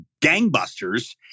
gangbusters